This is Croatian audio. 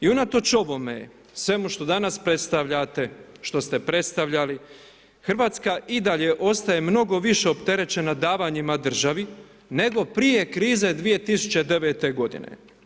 I unatoč ovome, svemu što danas predstavljate, što ste predstavljali, Hrvatska i dalje ostaje mnogo više opterećena davanjima državi, nego prije krize 2009. godine.